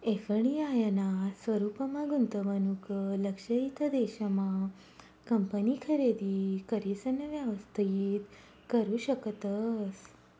FDI ना स्वरूपमा गुंतवणूक लक्षयित देश मा कंपनी खरेदी करिसन व्यवस्थित करू शकतस